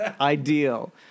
ideal